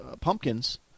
pumpkins